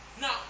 Now